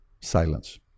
Silence